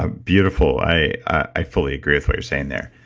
ah beautiful. i i fully agree with what you're saying there.